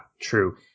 true